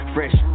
Fresh